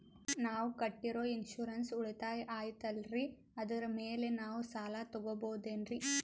ನಾವು ಕಟ್ಟಿರೋ ಇನ್ಸೂರೆನ್ಸ್ ಉಳಿತಾಯ ಐತಾಲ್ರಿ ಅದರ ಮೇಲೆ ನಾವು ಸಾಲ ತಗೋಬಹುದೇನ್ರಿ?